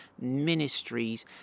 ministries